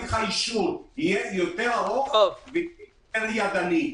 תהליך האישור יהיה יותר ארוך ויהיה יותר ידני.